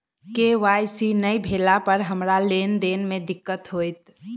KYC नै भेला पर हमरा लेन देन मे दिक्कत होइत?